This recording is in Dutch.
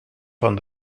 van